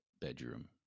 bedroom